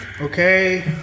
Okay